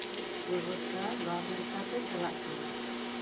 ᱵᱮᱵᱚᱥᱛᱷᱟ ᱵᱟᱨ ᱞᱮᱠᱟᱛᱮ ᱪᱟᱞᱟᱜ ᱠᱟᱱᱟ